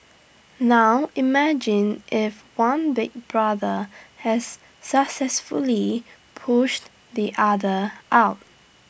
now imagine if one Big Brother has successfully pushed the other out